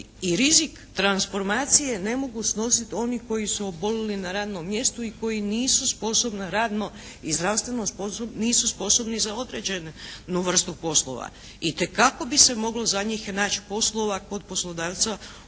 i rizik transformacije ne mogu snositi oni koji su oboljeli na radnom mjestu i koji nisu sposobni radno i zdravstveno, nisu sposobni za određenu vrstu poslova. Itekako bi se moglo za njih naći poslova kod poslodavca na